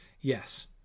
Yes